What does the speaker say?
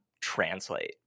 translate